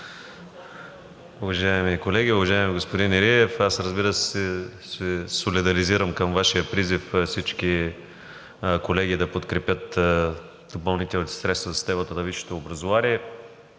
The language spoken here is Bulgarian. Уважаеми колеги! Уважаеми господин Илиев, аз, разбира се, се солидаризирам с Вашия призив: всички колеги да подкрепят допълнителните средства за системата на висшето образование.